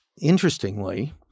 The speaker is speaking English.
interestingly